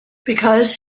because